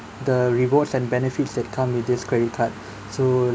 the rewards and benefits that come with this credit card so